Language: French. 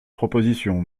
proposition